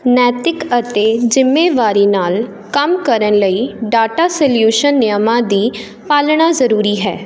ਨੈਤਿਕ ਅਤੇ ਜ਼ਿੰਮੇਵਾਰੀ ਨਾਲ ਕੰਮ ਕਰਨ ਲਈ ਡਾਟਾ ਸਲਿਊਸ਼ਨ ਨਿਯਮਾਂ ਦੀ ਪਾਲਣਾ ਜ਼ਰੂਰੀ ਹੈ